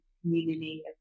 community